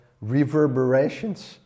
reverberations